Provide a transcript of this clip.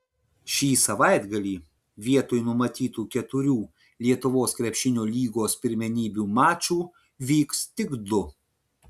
šį savaitgalį vietoj numatytų keturių lietuvos krepšinio lygos pirmenybių mačų vyks tik du